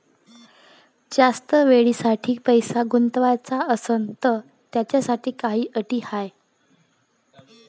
जास्त वेळेसाठी पैसा गुंतवाचा असनं त त्याच्यासाठी काही अटी हाय?